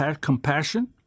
compassion